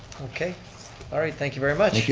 okay. all, right thank you very much.